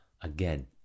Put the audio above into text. Again